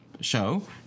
show